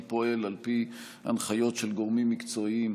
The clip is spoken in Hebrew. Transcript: אני פועל על פי ההנחיות של גורמים מקצועיים.